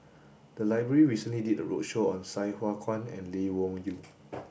the library recently did a roadshow on Sai Hua Kuan and Lee Wung Yew